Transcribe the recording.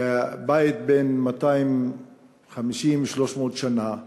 בית בן 250 300 שנה,